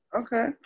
Okay